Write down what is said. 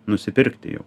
nusipirkti jau